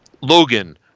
Logan